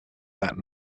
that